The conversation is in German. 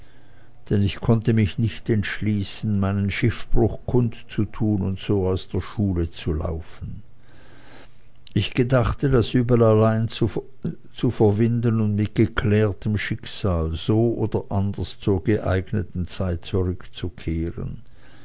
denn ich konnte mich nicht entschließen meinen schiffbruch kundzutun und so aus der schule zu laufen ich gedachte das übel allein zu verwinden und mit geklärtem schicksal so oder anders zur geeigneten zeit zurückzukehren